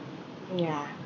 yeah